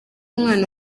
umwana